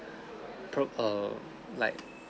pro~ err like